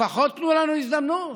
לפחות תנו לנו הזדמנות.